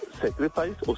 sacrifice